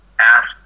asked